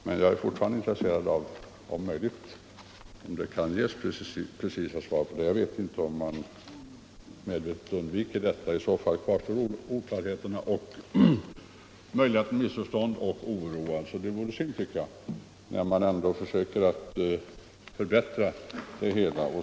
Jag är alltså fortfarande intresserad av precisa svar på mina frågor. Jag vet inte om man medvetet undviker att svara; i så fall kvarstår oklarheten, möjligheterna till missförstånd och oron, och det vore synd när man nu ändå försöker förbättra systemet.